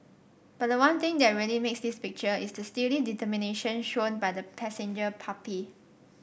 but the one thing that really makes this picture is the steely determination shown by the passenger puppy